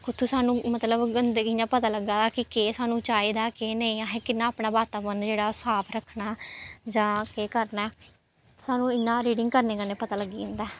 कुत्थुं सानूं मतलब गंदगी इ'यां पता लग्गा दा कि केह् सानूं चाहिदा दा ऐ केह् नेईं अहें कि'यां अपना वातावरण जेह्ड़ा ओह् साफ रक्खना जां केह् करना ऐ सानूं इ'यां रीडिंग करने कन्नै पता लग्गी जंदा ऐ